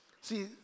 See